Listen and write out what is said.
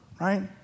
right